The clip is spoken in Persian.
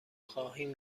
خواهیم